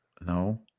No